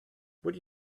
would